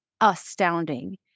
astounding